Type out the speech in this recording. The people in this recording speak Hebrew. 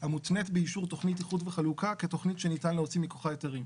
המותנית באישור תכנית איחוד וחלוקה כתכנית שניתן להוציא מכוחה היתרים".